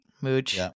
Mooch